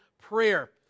prayer